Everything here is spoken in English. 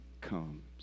comes